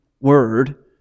word